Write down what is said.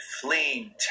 fleeing